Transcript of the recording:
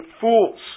fools